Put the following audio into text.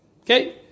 Okay